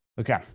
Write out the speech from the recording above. Okay